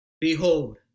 Behold